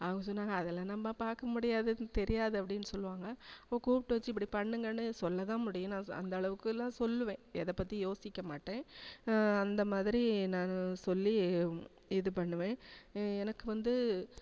அவங்க சொன்னாங்க அதெலாம் நம்ம பார்க்க முடியாது எனக்கு தெரியாது அப்படின் சொல்வாங்க அப்போ கூப்பிட்டு வச்சி இப்படி பண்ணுங்கன்னு சொல்லதான் முடியும் நான் அந்த அளவுக்குலாம் சொல்லுவேன் எதை பற்றியும் யோசிக்க மாட்டேன் அந்த மாதிரி நான் சொல்லி இது பண்ணுவேன் எனக்கு வந்து